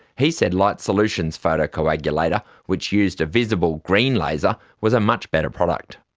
he said light solutions' photocoagulator, which used a visible green laser, was a much better product.